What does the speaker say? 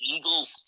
Eagles